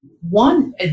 One